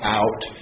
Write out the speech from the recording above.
out